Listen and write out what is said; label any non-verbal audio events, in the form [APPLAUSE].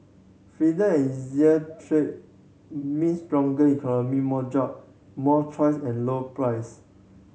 [UNINTELLIGIBLE] and easier trade means stronger economy more job more choice and lower price